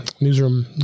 newsroom